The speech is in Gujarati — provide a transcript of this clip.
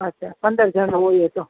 અચ્છા પંદર જણા હોઈએ તો